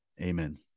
Amen